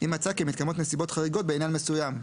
אם מצאה כי מתקיימות נסיבות חריגות בעניין מסוים.